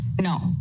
No